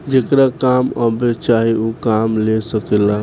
जेकरा काम अब्बे चाही ऊ काम ले सकेला